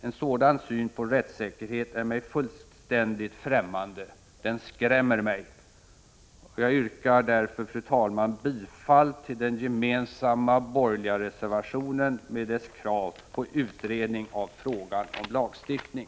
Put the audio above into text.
En sådan syn på rättssäkerhet är mig fullständigt främmande; den skrämmer mig. Jag yrkar därför, fru talman, bifall till den gemensamma borgerliga reservationen med dess krav på utredning av frågan om lagstiftning.